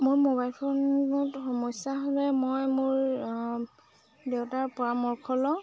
মোৰ মোবাইল ফোনত সমস্যা হ'লে মই মোৰ দেউতাৰ পৰামৰ্শ লওঁ